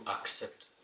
accept